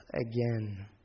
again